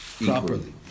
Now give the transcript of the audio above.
properly